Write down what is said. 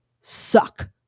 suck